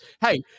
Hey